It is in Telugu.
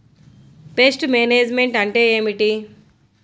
పెస్ట్ మేనేజ్మెంట్ అంటే ఏమిటి?